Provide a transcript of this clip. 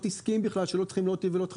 עסקיים בכלל שלא צריכים לא אותי ולא אותך,